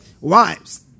Wives